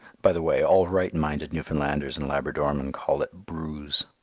by the way, all right-minded newfoundlanders and labradormen call it bruse.